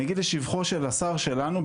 אני אגיד בשבחו של השר שלנו,